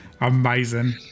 amazing